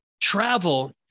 travel